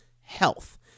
health